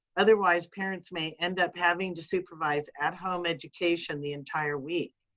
otherwise parents may end up having to supervise at home education the entire week.